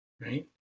right